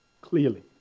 clearly